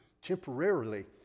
temporarily